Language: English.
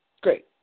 Great